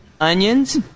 onions